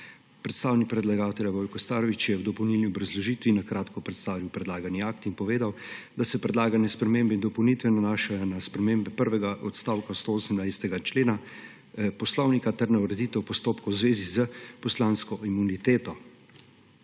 Predstavnik predlagatelja Vojko Starović je v dopolnilni obrazložitvi na kratko predstavil predlagani akt in povedal, da se predlagane spremembe in dopolnitve nanašajo na spremembe prvega odstavka 118. člena Poslovnika ter na ureditev postopkov v zvezi s poslansko imuniteto.